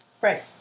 Right